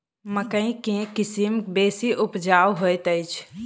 मकई केँ के किसिम बेसी उपजाउ हएत अछि?